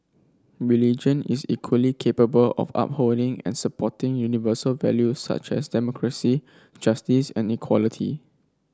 religion is equally capable of upholding and supporting universal values such as democracy justice and equality